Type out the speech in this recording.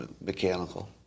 mechanical